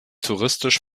touristisch